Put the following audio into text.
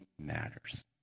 matters